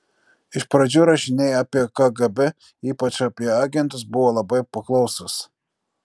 iš pradžių rašiniai apie kgb ypač apie agentus buvo labai paklausūs